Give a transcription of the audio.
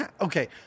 okay